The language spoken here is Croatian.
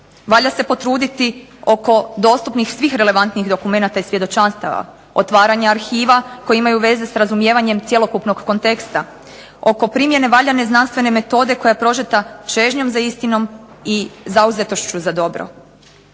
Valja se potruditi oko dostupnih svih relevantnih dokumenata i svjedočanstava, otvaranja arhiva koji imaju veze s razumijevanjem cjelokupnog konteksta, oko primjene valjane znanstvene metode koja je prožeta čežnjom za istinom i zauzetošću za dobro.